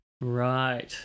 Right